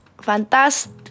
fantastic